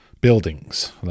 buildings